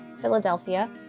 Philadelphia